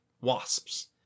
wasps